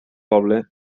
poble